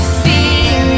feel